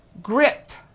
gripped